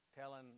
telling